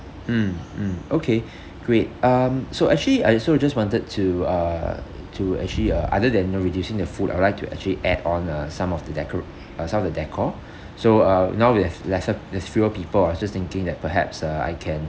mm mm okay great um so actually I also just wanted to uh to actually uh other than you know reducing the food I would like to actually add on uh some of the deco~ uh some of the decor so uh now we have lesser there's fewer people I was just thinking that perhaps uh I can